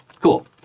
Cool